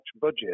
budget